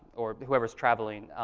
or whoever's traveling,